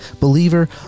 Believer